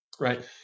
right